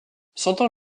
sentant